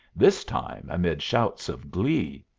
this time amid shouts of glee.